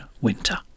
Winter